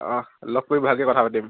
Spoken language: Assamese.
অঁ লগ কৰি ভালকৈ কথা পাতিম